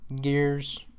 gears